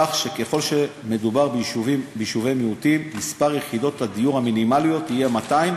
כך שככל שמדובר ביישובי מיעוטים מספר יחידות הדיור המינימליות יהיה 200,